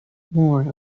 more